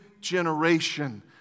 generation